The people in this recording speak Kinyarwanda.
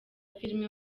filime